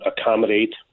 accommodate